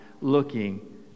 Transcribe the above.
looking